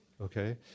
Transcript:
okay